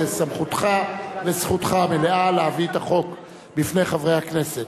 זו סמכותך וזכותך המלאה להביא את החוק בפני חברי הכנסת.